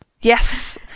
Yes